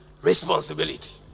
responsibility